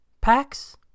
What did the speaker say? packs